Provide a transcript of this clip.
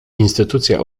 instytucja